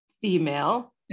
female